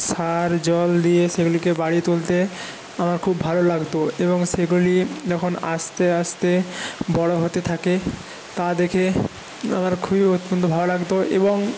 সার জল দিয়ে সেগুলিকে বাড়িয়ে তুলতে আমার খুব ভালো লাগত এবং সেগুলি যখন আস্তে আস্তে বড় হতে থাকে তা দেখে আমার খুবই অত্যন্ত ভালো লাগত এবং